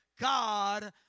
God